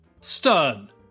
stun